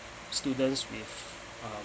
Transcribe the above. students with uh